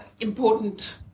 important